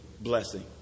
blessing